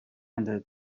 under